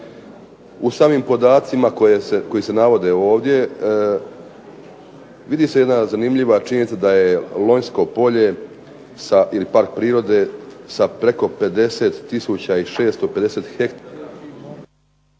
U samim podacima koji se navode ovdje, vidi se jedna zanimljiva činjenica da je Lonjsko polje ili park prirode sa preko 50 tisuća